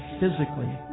physically